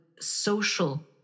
social